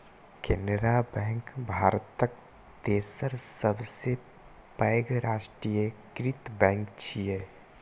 Canara bank भारतक तेसर सबसं पैघ राष्ट्रीयकृत बैंक छियै